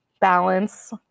balance